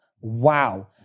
Wow